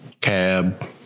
cab